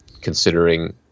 considering